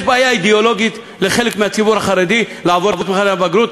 יש בעיה אידיאולוגית לחלק מהציבור החרדי לעבור את מבחני הבגרות,